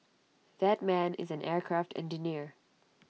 that man is an aircraft engineer